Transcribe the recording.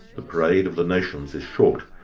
the parade of the nations is short,